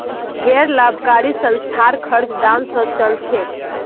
गैर लाभकारी संस्थार खर्च दान स चल छेक